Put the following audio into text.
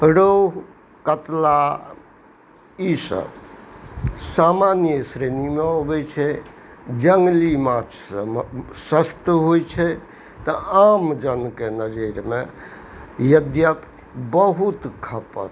रोहु कतला ई सभ सामान्य श्रेणीमे अबै छै जङ्गली माछ सभ सस्त होइ छै तऽ आम जनके नजरिमे यद्यपि बहुत खपत